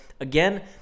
Again